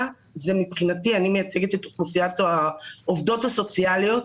ואני מייצגת את אוכלוסיית העובדות הסוציאליות,